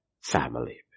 family